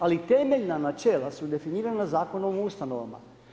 Ali, temeljna načela su definirana Zakonom o ustanovama.